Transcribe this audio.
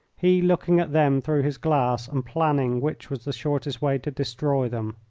he looking at them through his glass and planning which was the shortest way to destroy them.